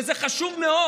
וזה חשוב מאוד,